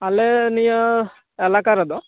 ᱟᱞᱮ ᱱᱤᱭᱟᱹ ᱮᱞᱟᱠᱟ ᱨᱮᱫᱚ